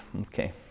Okay